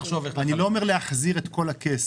אני לא אומר להחזיר את כל הכסף,